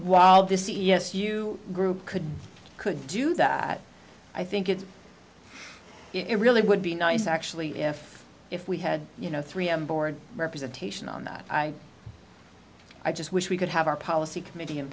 hile the c s u group could could do that i think it's it really would be nice actually if if we had you know three on board representation on that i i just wish we could have our policy committee in